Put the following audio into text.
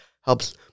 helps